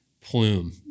plume